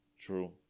True